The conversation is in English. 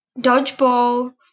dodgeball